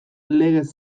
legez